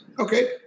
Okay